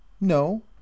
no